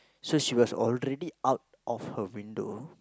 so she was already out of her window